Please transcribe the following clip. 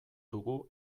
dugu